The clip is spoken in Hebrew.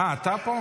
--- אה, אתה פה?